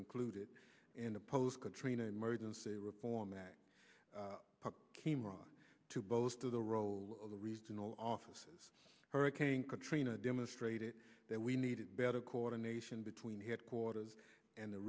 included in a post katrina emergency reform act kimura to boast of the role of the regional offices hurricane katrina demonstrated that we needed better coordination between headquarters and the